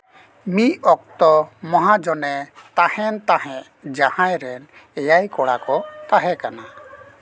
ᱢᱤᱫ ᱚᱠᱛᱚ ᱢᱚᱦᱟᱡᱚᱱᱮ ᱛᱟᱦᱮᱱ ᱛᱟᱦᱮᱸᱫ ᱡᱟᱦᱟᱸᱭ ᱨᱮᱱ ᱮᱭᱟᱭ ᱠᱚᱲᱟᱠᱚ ᱛᱟᱦᱮᱸ ᱠᱟᱱᱟ